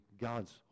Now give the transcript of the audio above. God's